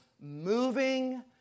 moving